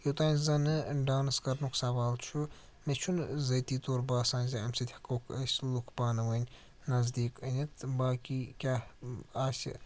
یوٚتام زَنہٕ ڈانٕس کَرنُک سوال چھُ مےٚ چھُنہٕ ذٲتی طور باسان زِ اَمہِ سۭتۍ ہٮ۪کوکھ أسۍ لُکھ پانہٕ ؤنۍ نزدیٖک أنِتھ باقی کیٛاہ آسہِ